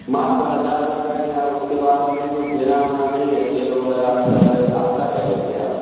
मात्र हज़ार रुपये में और उसके बाद हमको कुछ देना उना नहीं है तेल वगैरा आपका आपका रहेगा क्या